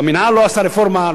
והמינהל לא עשה רפורמה,